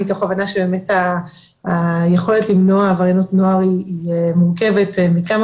מתוך הבנה שבאמת היכולת למנוע עבריינות נוער היא מורכבת מכמה